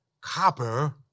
Copper